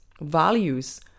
values